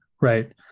Right